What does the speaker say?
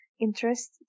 interest